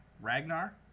Ragnar